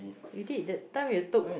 you did that time you took